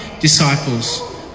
disciples